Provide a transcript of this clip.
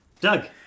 Doug